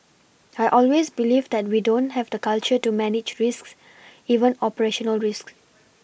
I always believe that we don't have the culture to manage risks even operational risks